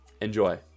Enjoy